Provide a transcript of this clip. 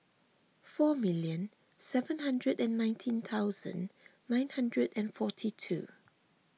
four million seven hundred and nineteen thousand nine hundred and forty two